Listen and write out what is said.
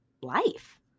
life